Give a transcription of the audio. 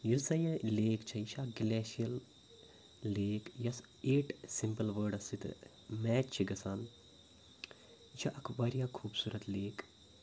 یُس زَن یہِ لیک چھُ یہِ چھُ اَکھ گٕلیشل لیک یۄس ایٹ سِمپٕل وٲڈَس سۭتۍ میچ چھِ گَژھان یہِ چھُ اکھ واریاہ خوٗبصوٗرَت لیک